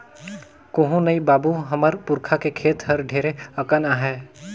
कुहू नइ बाबू, हमर पुरखा के खेत हर ढेरे अकन आहे